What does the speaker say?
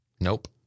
Nope